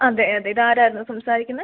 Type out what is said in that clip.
അതെ അതെ ഇത് ആരായിരുന്നു സംസാരിക്കുന്നത്